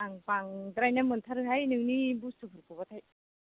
आं बांद्रायनाय मोनथारोहाय नोंनि बुस्तुफोरखौबाथाय